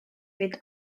with